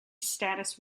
status